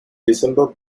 december